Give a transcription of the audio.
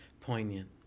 poignant